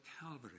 Calvary